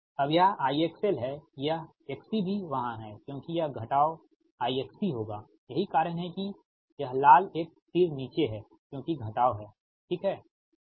अब यह IXL है यह XC भी वहां है क्योंकि यह घटाव IXC होगा यही कारण है कि यह लाल एक तीर नीचे है क्योंकि घटाव हैठीक है